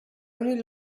only